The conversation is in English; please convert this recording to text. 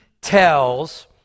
tells